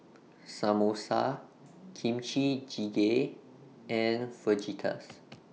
Samosa Kimchi Jigae and Fajitas